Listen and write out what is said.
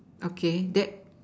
okay that